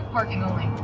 parking only.